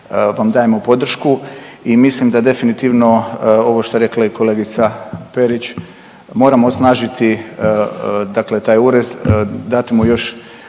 vam dajemo podršku. I mislim da definitivno ovo što je rekla i kolegica Perić moramo osnažiti, dakle taj ured, dati mu još